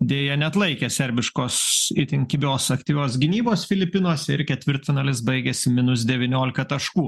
deja neatlaikė serbiškos itin kibios aktyvios gynybos filipinuose ir ketvirtfinalis baigėsi minus devyniolika taškų